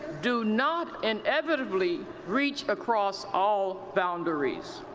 do not inevitably reach across all boundaries.